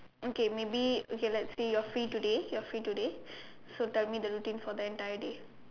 okay maybe okay let's say you're free today you're free today so tell me the routine for the entire day